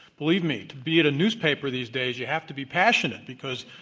believe me, to be at a newspaper these days you have to be passionate because,